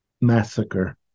massacre